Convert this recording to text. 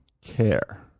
care